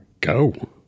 go